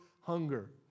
hunger